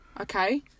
Okay